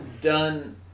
done